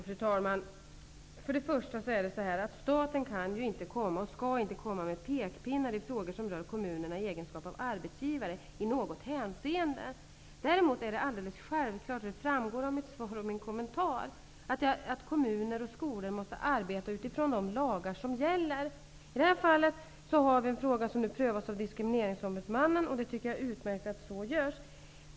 Fru talman! Först och främst kan och skall inte ett statsråd komma med pekplinnar i frågor som rör kommunerna i deras egenskap av arbetsgivare. Däremot är det självklart, och det framgår av mitt svar och min kommentar, att kommuner och skolor måste arbeta utifrån de lagar som gäller. I det här fallet har vi en fråga som nu prövas av Diskrimineringsombudsmannen, och jag tycker att det är utmärkt att så sker.